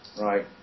right